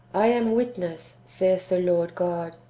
i am witness, saith the lord god,